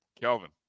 Kelvin